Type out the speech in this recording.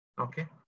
Okay